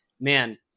man